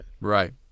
right